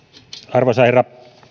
arvoisa herra